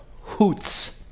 Hoots